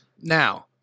Now